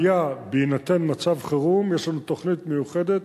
בהינתן מצב חירום, יש לנו תוכנית מיוחדת